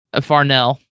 farnell